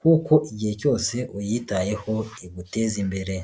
kuko igihe cyose uyitayeho iguteza imbere.